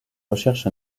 recherche